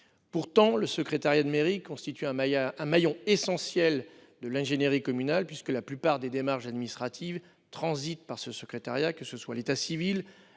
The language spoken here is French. Pourtant, le secrétariat de mairie constitue un maillon essentiel de l'ingénierie communale, puisque la plupart des démarches administratives transitent par lui, que ce soit l'état civil,